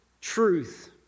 truth